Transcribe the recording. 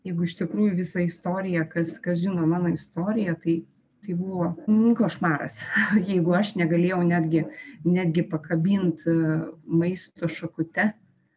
jeigu iš tikrųjų visą istoriją kas kas žino mano istoriją tai tai buvo košmaras jeigu aš negalėjau netgi netgi pakabint maisto šakute